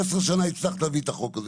15 שנה הצלחת להביא את החוק הזה,